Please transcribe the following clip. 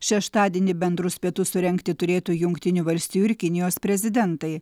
šeštadienį bendrus pietus surengti turėtų jungtinių valstijų ir kinijos prezidentai